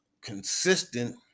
consistent